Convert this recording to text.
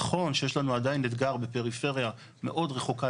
נכון שיש לנו עדיין אתגר בפריפריה מאוד רחוקה,